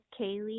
Kaylee